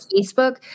Facebook